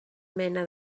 mena